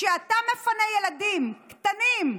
כשאתה מפנה ילדים קטנים,